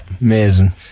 amazing